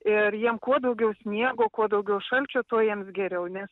ir jiem kuo daugiau sniego kuo daugiau šalčio tuo jiems geriau nes